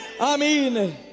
amen